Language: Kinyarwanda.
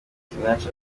sinach